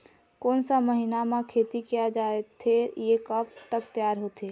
कोन सा महीना मा खेती किया जाथे ये कब तक तियार होथे?